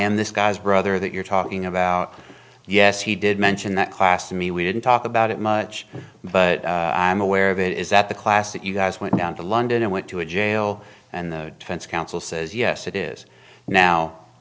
am this guy's brother that you're talking about yes he did mention that class to me we didn't talk about it much but i am aware of it is that the classic you guys went down to london and went to a jail and the defense counsel says yes it is now